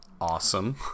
awesome